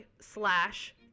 slash